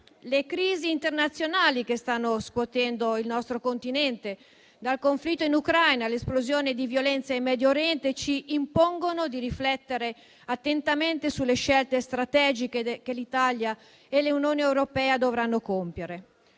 Le crisi internazionali che stanno scuotendo il nostro Continente, dal conflitto in Ucraina all'esplosione di violenza in Medio Oriente, ci impongono di riflettere attentamente sulle scelte strategiche che l'Italia e l'Unione europea dovranno compiere.